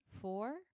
four